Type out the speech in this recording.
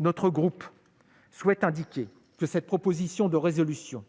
Notre groupe souhaite indiquer que cette proposition de résolution